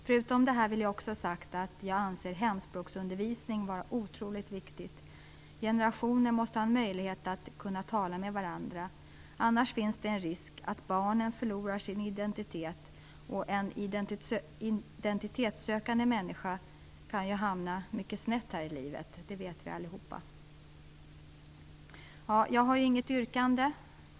Jag vill också ha sagt att jag anser hemspråksundervisning vara oerhört viktig. Generationer måste ha en möjlighet att kunna tala med varandra. Annars finns det en risk att barnet förlorar sin identitet, och en identitetssökande människa kan hamna mycket snett här i livet - det vet i allihop. Jag har inget yrkande.